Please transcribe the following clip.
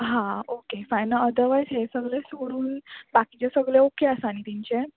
हा okay fine otherwise हे सगळे सोडून बाकीचे सगळे ओके आसा न्ही तेंचे